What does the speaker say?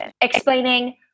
explaining